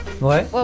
Ouais